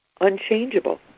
unchangeable